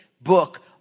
book